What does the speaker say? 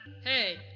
Hey